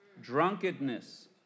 drunkenness